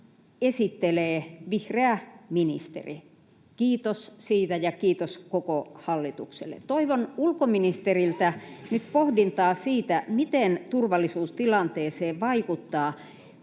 esittelee vihreä ministeri. Kiitos siitä ja kiitos koko hallitukselle. Toivon ulkoministeriltä nyt pohdintaa siitä, miten turvallisuustilanteeseen vaikuttaa